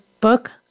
book